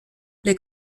les